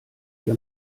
ihr